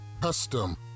custom